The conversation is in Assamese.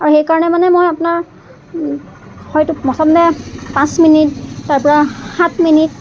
আৰু সেইকাৰণে মানে মই আপোনাৰ হয়টো প্ৰথমে পাঁচ মিনিট তাৰপৰা সাত মিনিট